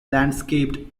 landscaped